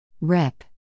Rep